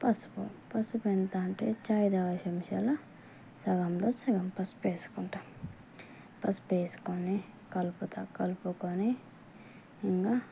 పసుపు పసుపు ఎంతా అంటే చాయ్ తాగే చెంచాల సగంలో సగం పసుపు వేసుకుంటాను పసుపు వేసుకోని కలుపుతాను కలుపుకొని ఇంకా